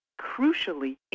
crucially